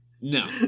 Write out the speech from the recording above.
No